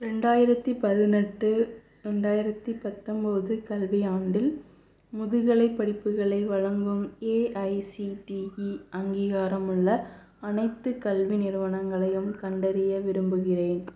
ரெண்டாயிரத்து பதினெட்டு ரெண்டாயிரத்து பத்தொம்போது கல்வியாண்டில் முதுகலை படிப்புகளை வழங்கும் எஐசிடிஇ அங்கீகாரமுள்ள அனைத்து கல்வி நிறுவனங்களையும் கண்டறிய விரும்புகிறேன்